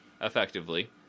effectively